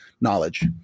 knowledge